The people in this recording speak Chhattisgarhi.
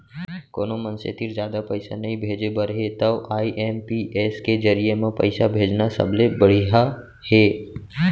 कोनो मनसे तीर जादा पइसा नइ भेजे बर हे तव आई.एम.पी.एस के जरिये म पइसा भेजना सबले बड़िहा हे